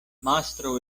mastro